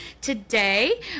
Today